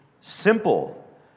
simple